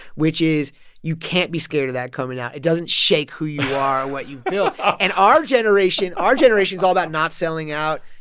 which is you can't be scared of that coming out. it doesn't shake who you are or what you built and our generation our generation is all about not selling out.